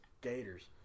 gators